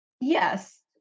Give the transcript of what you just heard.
Yes